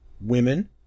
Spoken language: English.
women